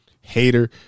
hater